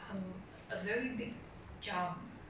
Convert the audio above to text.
then 他们也是 cannot cope properly lor